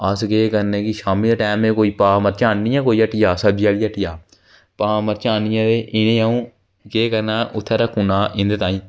अस केह् करने कि शामी दे टैम कोई पाऽ मर्चां आहन्नियां कोई सब्जी आह्ली हट्टी दा मर्चां आह्नियै इनेंगी आ'ऊं केह् करना उत्थै रक्खी उड़ना उं'दे ताईं